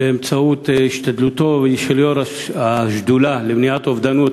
באמצעות השתדלותו של יו"ר השדולה למניעת אובדנות,